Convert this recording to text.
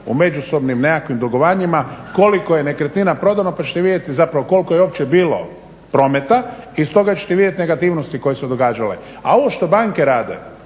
o međusobnim nekakvim dugovanjima koliko je nekretnina prodano pa ćete vidjeti zapravo koliko je uopće bilo prometa i stoga ćete vidjeti negativnosti koje su se događale. A ovo što banke rade,